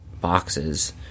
boxes